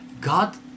God